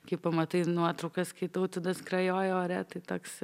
kai pamatai nuotraukas kai tauvydas skrajoja ore tai toks